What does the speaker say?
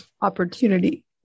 opportunity